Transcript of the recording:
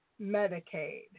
Medicaid